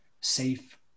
safe